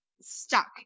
stuck